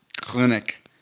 clinic